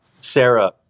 Sarah